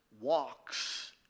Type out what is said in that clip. walks